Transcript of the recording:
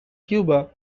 cuba